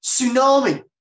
Tsunami